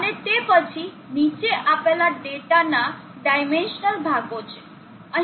અને તે પછી નીચે આપેલા ડેટાના ડાઈમેસ્નલ ભાગો છે